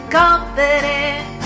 confident